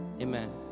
Amen